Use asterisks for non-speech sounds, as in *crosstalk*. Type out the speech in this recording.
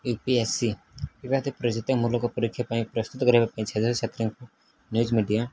you P S C *unintelligible* ମୂଳକ ପରୀକ୍ଷା ପାଇଁ ପ୍ରସ୍ତୁତ କରିବା ପାଇଁ ଛାତ୍ର ଛାତ୍ରୀଙ୍କୁ ନ୍ୟୁଜ ମିଡିଆ